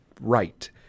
right